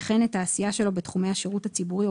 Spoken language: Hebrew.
וכן את העשיה שלו בתחומי השירות הציבורי או